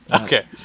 okay